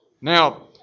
Now